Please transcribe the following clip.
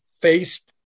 faced